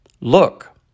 Look